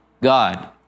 God